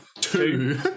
two